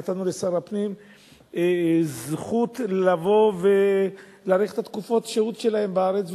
נתנו לשר הפנים זכות לבוא ולהאריך את תקופת השהות שלהם בארץ,